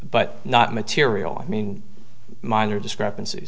but not material i mean minor discrepanc